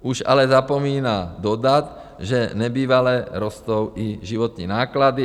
Už ale zapomíná dodat, že nebývale rostou i životní náklady.